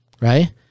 Right